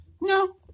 No